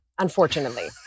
Unfortunately